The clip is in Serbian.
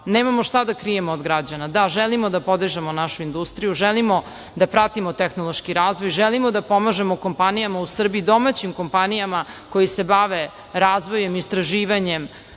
nemamo šta da krijemo od građana. Da, želimo da podižemo našu industriju, želimo da pratimo tehnološki razvoj, želimo da pomažemo kompanijama u Srbiji, domaćim kompanijama koje se bave razvojem, istraživanjem